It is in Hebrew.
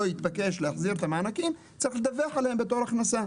התבקש להחזיר את המענקים צריך לדווח עליהם בתור הכנסה.